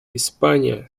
испания